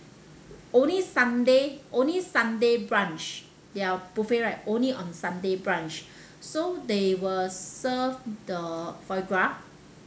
only sunday only sunday brunch their buffet right only on sunday brunch so they will serve the foie gras